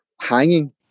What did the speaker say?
hanging